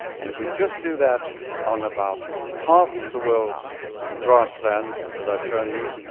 and if we just do that on about half the world's grasslands that i've shown you,